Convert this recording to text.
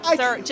sir